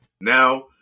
Now